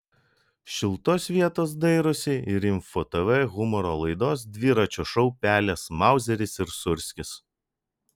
šiltos vietos dairosi ir info tv humoro laidos dviračio šou pelės mauzeris ir sūrskis